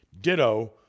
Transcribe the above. Ditto